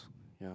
yeah